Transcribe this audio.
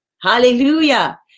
Hallelujah